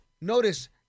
Notice